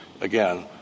again